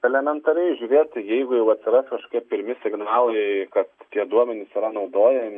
elementariai žiūrėtų jeigu jau atsiras kažkokie pirmi signalai kad tie duomenys yra naudojami